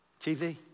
TV